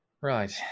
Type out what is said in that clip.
right